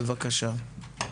בבקשה.